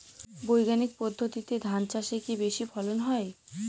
বৈজ্ঞানিক পদ্ধতিতে ধান চাষে কি বেশী ফলন হয়?